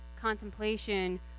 contemplation